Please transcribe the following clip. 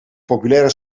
populaire